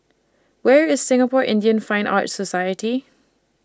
Where IS Singapore Indian Fine Arts Society